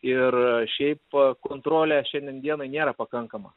ir šiaip kontrolė šiandien dienai nėra pakankama